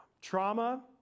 trauma